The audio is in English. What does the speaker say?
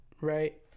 right